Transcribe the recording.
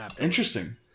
Interesting